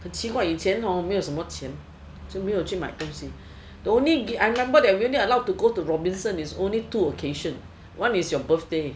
很奇怪以前没有什么钱所以没有去买东西 the only I remember the only time we allowed go robinson is two occasion one is your birthday